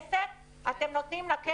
אתם נותנים לבתי כנסת,